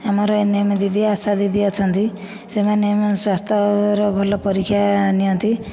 ଆମର ଏନଏମ ଦିଦି ଆଶା ଦିଦି ଅଛନ୍ତି ସେମାନେ ଆମ ସ୍ୱାସ୍ଥ୍ୟର ଭଲ ପରୀକ୍ଷା ନିଅନ୍ତି